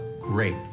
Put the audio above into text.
great